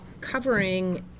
covering